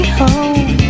home